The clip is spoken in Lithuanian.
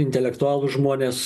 intelektualūs žmonės